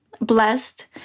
blessed